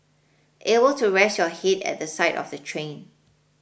able to rest your head at the side of the train